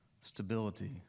Stability